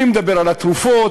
מי מדבר על התרופות?